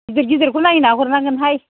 गिदिर गिदिरखौ नायना हरनांगोन